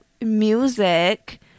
music